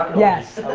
yes,